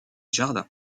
jardins